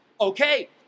Okay